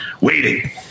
waiting